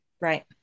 Right